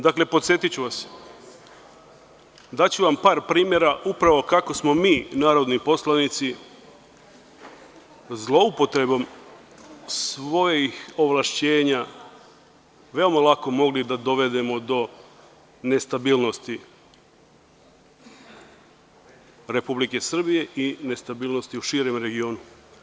Dakle, podsetiću vas, daću vam par primera upravo kako smo mi, narodni poslanici, zloupotrebom svojih ovlašćenja veoma lako mogli da dovedemo do nestabilnosti Republike Srbije i nestabilnosti u širem regionu.